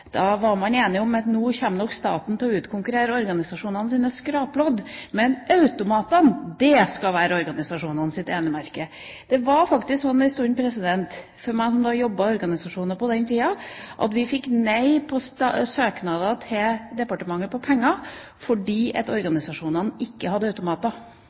Da var man enig om at da kom nok staten til å utkonkurrere organisasjonenes skrapelodd, men automatene, de skulle være organisasjonenes enemerke. Det var faktisk sånn en stund for meg, som på den tida jobbet i organisasjoner, at vi fikk nei på søknader til departementet om penger, fordi organisasjonene ikke hadde automater.